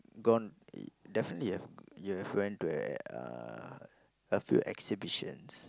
gone definitely you have you have went to uh a few exhibitions